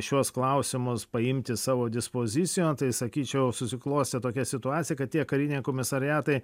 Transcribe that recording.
šiuos klausimus paimti savo dispozicijon tai sakyčiau susiklostė tokia situacija kad tie kariniai komisariatai